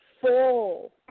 full